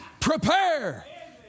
Prepare